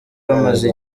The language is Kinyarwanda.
bamaze